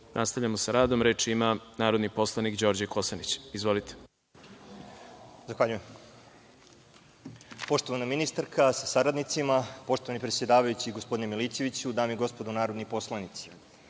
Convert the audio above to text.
sednice. Nastavljamo sa radom. Reč ima narodni poslanik Đorđe Kosanić. Izvolite. **Đorđe Kosanić** Zahvaljujem. Poštovana ministarka sa saradnicima, poštovani predsedavajući, gospodine Milićeviću, dame i gospodo narodni poslanici,